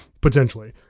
potentially